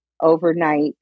overnight